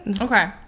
Okay